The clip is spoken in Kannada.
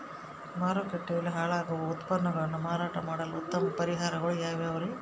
ಮಾರುಕಟ್ಟೆಯಲ್ಲಿ ಹಾಳಾಗುವ ಉತ್ಪನ್ನಗಳನ್ನ ಮಾರಾಟ ಮಾಡಲು ಉತ್ತಮ ಪರಿಹಾರಗಳು ಯಾವ್ಯಾವುರಿ?